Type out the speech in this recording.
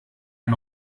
ein